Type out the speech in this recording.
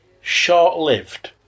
short-lived